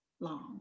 long